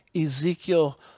Ezekiel